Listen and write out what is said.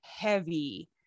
heavy